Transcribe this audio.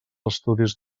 estudis